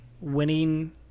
winning